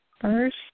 First